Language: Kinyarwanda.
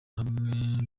hamwe